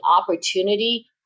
opportunity